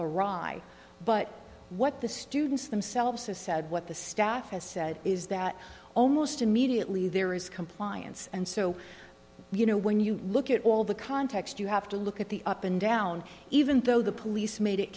wry but what the students themselves has said what the staff has said is that almost immediately there is compliance and so you know when you look at all the context you have to look at the up and down even though the police made it